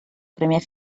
primer